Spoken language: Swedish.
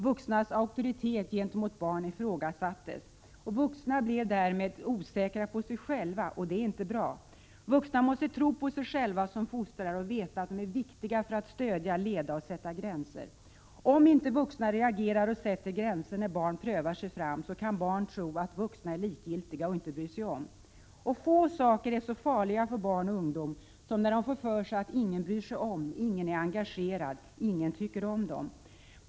Vuxnas auktoritet gentemot barn ifrågasattes. Vuxna blev därmed osäkra på sig själva. Det är inte bra. Vuxna måste tro på sig själva som fostrare och veta att de är viktiga för att stödja, leda och sätta gränser. Om inte vuxna reagerar och sätter gränser när barn prövar sig fram, kan barn lätt tro att de vuxna är likgiltiga och inte bryr sig om. Få saker är så farliga för barn och ungdom som när de får för sig att ingen bryr sig om dem, att ingen är engagerad, att ingen tycker om dem.